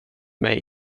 mig